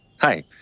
Hi